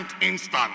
instant